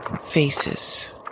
faces